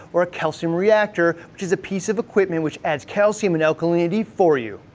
or a calcium reactor, which is a piece of equipment which adds calcium and alkalinity for you.